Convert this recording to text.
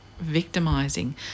victimizing